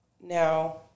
Now